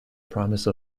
promise